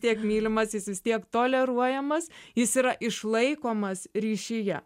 tiek mylimas jis vis tiek toleruojamas jis yra išlaikomas ryšyje